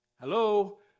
hello